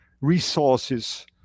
resources